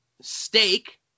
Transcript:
steak